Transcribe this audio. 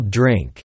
drink